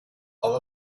all